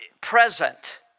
present